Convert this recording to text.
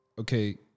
okay